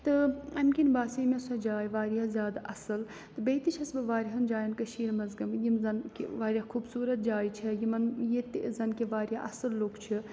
تہٕ اَمہِ کِنۍ باسے مےٚ سۄ جاے واریاہ زیادٕ اَصٕل تہٕ بیٚیہِ تہِ چھَس بہٕ واریاہَن جایَن کٔشیٖرِ منٛز گٔمٕتۍ یِم زَن کہِ واریاہ خوٗبصوٗرت جایہِ چھےٚ یِمن ییٚتہِ تہِ زَن کہِ واریاہ اَصٕل لُکھ چھِ